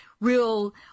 real